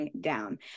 down